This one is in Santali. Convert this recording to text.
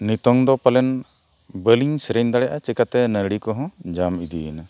ᱱᱤᱛᱚᱝ ᱫᱚ ᱯᱟᱞᱮᱱ ᱵᱟᱹᱞᱤᱧ ᱥᱮᱨᱮᱧ ᱫᱟᱲᱮᱭᱟᱜᱼᱟ ᱪᱮᱠᱟᱛᱮ ᱱᱟᱹᱲᱤ ᱠᱚᱦᱚᱸ ᱡᱟᱢ ᱤᱫᱤᱭᱮᱱᱟ